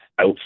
out